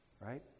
right